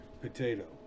potato